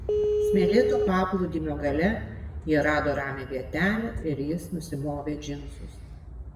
smėlėto paplūdimio gale jie rado ramią vietelę ir jis nusimovė džinsus